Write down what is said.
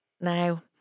now